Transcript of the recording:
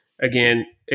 Again